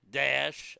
dash